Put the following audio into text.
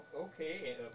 Okay